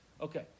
Okay